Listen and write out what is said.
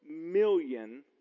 million